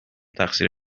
تقصیر